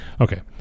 Okay